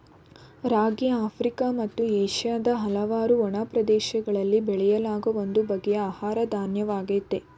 ರಾಗಿ Africa ಮತ್ತು ಏಷ್ಯಾದ ಹಲವಾರು ಒಣ ಪ್ರದೇಶಗಳಲ್ಲಿ ಬೆಳೆಯಲಾಗೋ ಒಂದು ಬಗೆಯ ಆಹಾರ ಧಾನ್ಯವಾಗಯ್ತೆ